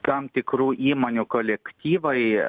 tam tikrų įmonių kolektyvai